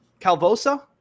calvosa